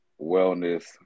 wellness